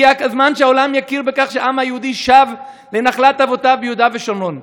הגיע הזמן שהעולם יכיר בכך שהעם היהודי שב לנחלת אבותיו ביהודה ושומרון.